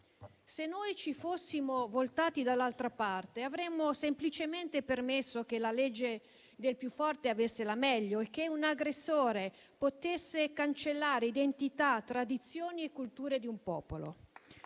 Se ci fossimo voltati dall'altra parte, avremmo semplicemente permesso che la legge del più forte avesse la meglio e che un aggressore potesse cancellare identità, tradizioni e cultura di un popolo.